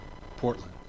Portland